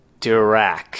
Dirac